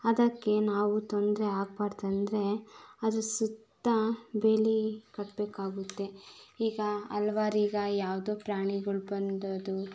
ಅದಕ್ಕೆ ನಾವು ತೊಂದರೆ ಆಗಬಾರ್ದಂದ್ರೆ ಅದ್ರ ಸುತ್ತ ಬೇಲಿ ಕಟ್ಟಬೇಕಾಗುತ್ತೆ ಈಗ ಹಲ್ವಾರ್ ಈಗ ಯಾವುದೋ ಪ್ರಾಣಿಗಳು ಬಂದದು